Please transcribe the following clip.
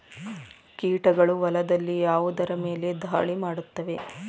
ಕೀಟಗಳು ಹೊಲದಲ್ಲಿ ಯಾವುದರ ಮೇಲೆ ಧಾಳಿ ಮಾಡುತ್ತವೆ?